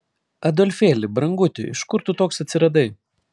adolfėli branguti iš kur tu toks atsiradai